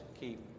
keep